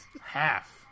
Half